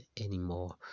anymore